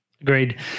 Agreed